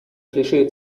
klischee